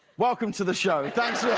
welcome to the show. thank so